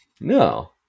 No